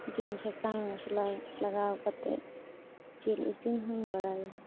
ᱵᱤᱱ ᱥᱟᱥᱟᱝ ᱢᱚᱥᱞᱟ ᱞᱟᱜᱟᱣ ᱠᱟᱛᱮᱫ ᱡᱤᱞ ᱤᱥᱤᱱ ᱦᱚᱸᱧ ᱵᱟᱲᱟᱭᱟ